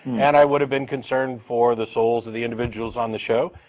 and i would have been concerned for the souls of the individuals on the show.